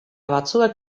batzuek